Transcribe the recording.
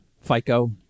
FICO